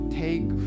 take